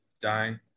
dying